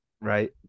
Right